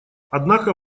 однако